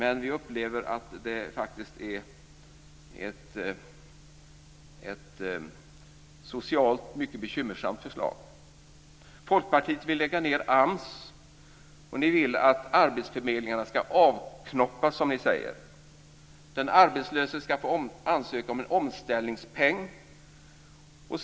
Men jag upplever att det är ett socialt mycket bekymmersamt förslag. Folkpartiet vill lägga ned AMS, och man vill att arbetsförmedlingarna ska avknoppas. Den arbetslöse ska få ansöka om en omställningspeng.